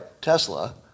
Tesla